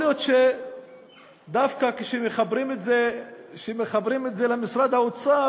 להיות שדווקא כשמחברים את זה למשרד האוצר,